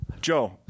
Joe